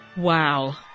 Wow